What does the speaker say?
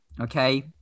okay